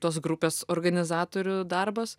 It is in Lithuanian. tos grupės organizatorių darbas